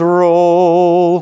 roll